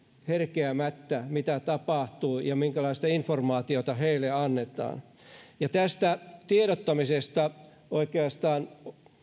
herkeämättä mitä tapahtuu ja minkälaista informaatiota heille annetaan tästä tiedottamisesta oikeastaan